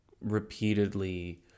repeatedly